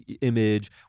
image